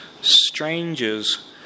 strangers